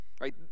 Right